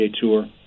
Tour